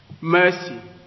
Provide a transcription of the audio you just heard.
mercy